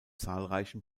zahlreichen